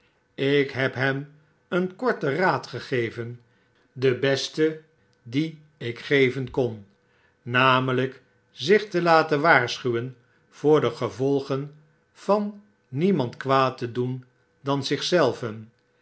ik heb hem een korten raad gegeven den besten dien ik geven kon namely k zich te laten waarschuwen voor de gevolgen van niemand kwaad te doen dan